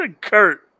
Kurt